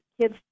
kids